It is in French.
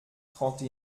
trente